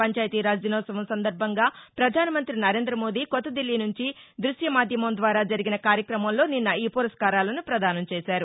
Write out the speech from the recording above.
పంచాయతీరాజ్ దినోత్సవం సందర్భంగా ప్రధానమంతి నరేంద మోదీ కొత్తదిల్లీ నుంచి ద్భశ్యమాధ్యమం ద్వారా జరిగిన కార్యక్రమంలో నిన్న ఈ పురస్కారాలను ప్రదానం చేశారు